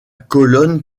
colonne